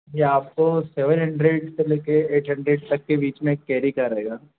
ये आपको seven hundred से ले कर ऐट हंड्रेड तक के बीच में केरी करेगा